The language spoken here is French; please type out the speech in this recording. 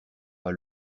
pas